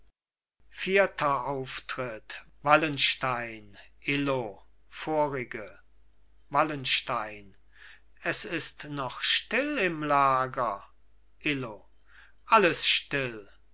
vierter auftritt wallenstein illo vorige wallenstein es ist noch still im lager illo alles still